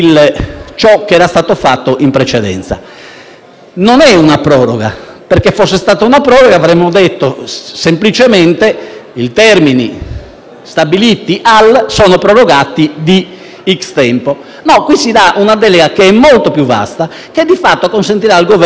Non è una proroga, perché, se fosse stata tale, avremmo detto semplicemente che i termini stabiliti vengono prorogati di un certo lasso di tempo. No: qui si dà una delega che è molto più vasta e che di fatto consentirà al Governo di spazzare via tutto e di riscrivere tutto.